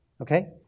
Okay